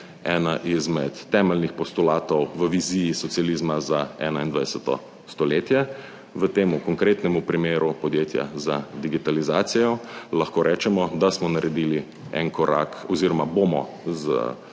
ena izmed temeljnih postulatov v viziji socializma za 21. stoletje. V temu konkretnemu primeru podjetja za digitalizacijo lahko rečemo, da smo naredili en korak oziroma bomo z